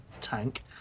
tank